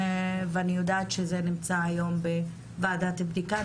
ואני יודעת שזה נמצא היום בוועדת בדיקה.